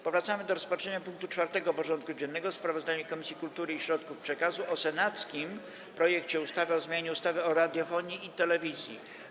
Powracamy do rozpatrzenia punktu 4. porządku dziennego: Sprawozdanie Komisji Kultury i Środków Przekazu o senackim projekcie ustawy o zmianie ustawy o radiofonii i telewizji.